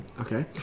Okay